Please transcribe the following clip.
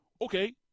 Okay